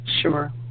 Sure